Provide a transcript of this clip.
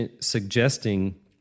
suggesting